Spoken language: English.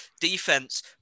defense